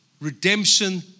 redemption